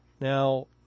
Now